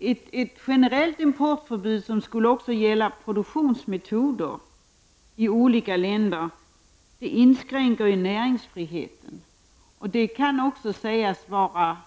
Ett generellt importförbud som också skulle omfatta produktionsmetoder i olika länder inskränker näringsfriheten. Det kan också sägas vara